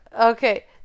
okay